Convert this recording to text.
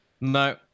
No